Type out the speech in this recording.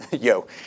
Yo